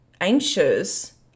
anxious